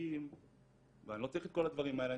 חוקים ואני לא צריך את כל הדברים האלה,